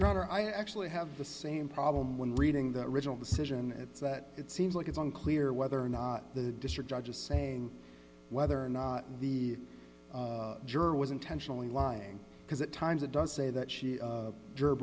rather i actually have the same problem when reading that original decision it seems like it's unclear whether or not the district judge is saying whether or not the juror was intentionally lying because at times it does say that she